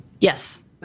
Yes